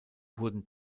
wurden